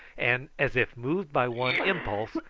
and, as if moved by one impulse,